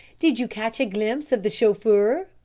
did you catch a glimpse of the chauffeur?